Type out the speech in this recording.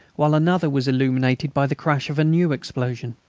while another was illuminated by the crash of a new explosion.